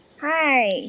Hi